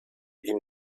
ihm